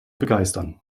begeistern